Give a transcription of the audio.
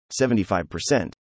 75%